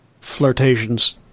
flirtations